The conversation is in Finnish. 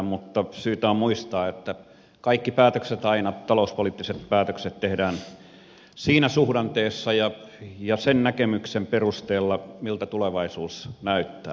mutta syytä on muistaa että kaikki talouspoliittiset päätökset tehdään aina siinä suhdanteessa ja sen näkemyksen perusteella miltä tulevaisuus näyttää